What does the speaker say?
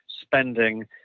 spending